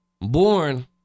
born